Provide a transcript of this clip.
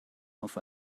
auf